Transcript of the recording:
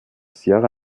sierra